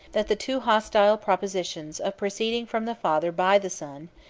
that the two hostile propositions of proceeding from the father by the son,